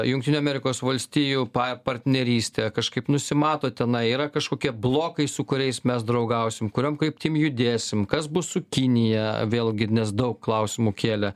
jungtinių amerikos valstijų pa partnerystė kažkaip nusimato tenai yra kažkokie blokai su kuriais mes draugausim kuriom kryptim judėsim kas bus su kinija vėlgi nes daug klausimų kėlė